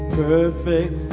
perfect